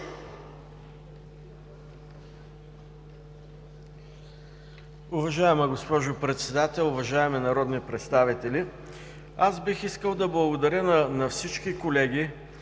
Уважаема госпожо Председател, уважаеми народни представители! Бих искал да благодаря на всички колеги,